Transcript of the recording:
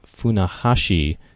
Funahashi